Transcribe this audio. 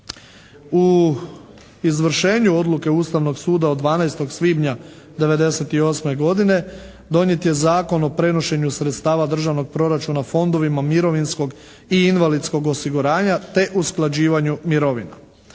U izvršenju odluke Ustavnog suda od 12. svibnja '98. godine donijet je Zakon o prenošenju sredstava državnog proračuna Fondovima mirovinskog i invalidskog osiguranja te usklađivanju mirovina.